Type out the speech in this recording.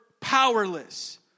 powerless